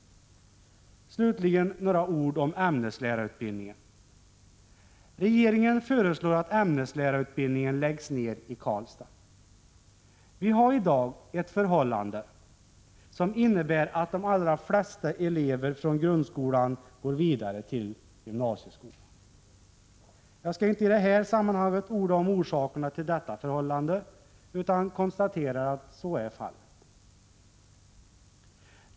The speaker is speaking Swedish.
Slutligen några ord om ämneslärarutbildningen. Regeringen föreslår att ämneslärarutbildningen i Karlstad läggs ned. Vi har i dag ett förhållande som innebär att de allra flesta elever från grundskolan går vidare till gymnasieskolan. Jag skall inte i det här sammanhanget orda om orsakerna till detta förhållande, utan konstatera att så är fallet.